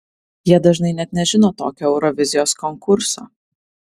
jie dažnai net nežino tokio eurovizijos konkurso